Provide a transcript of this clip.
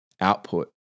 output